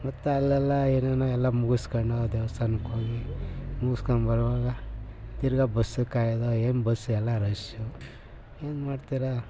ಮತ್ತು ಅಲ್ಲೆಲ್ಲ ಏನೇನೋ ಎಲ್ಲ ಮುಗಿಸ್ಕೊಂಡು ದೇವಸ್ಥಾನಕ್ಕೋಗಿ ಮುಗಿಸ್ಕೊಂಡು ಬರುವಾಗ ತಿರ್ಗಿ ಬಸ್ಸಿಗೆ ಕಾಯೋದಾ ಏನು ಬಸ್ಸೆಲ್ಲ ರಶ್ಶು ಏನು ಮಾಡ್ತೀರಾ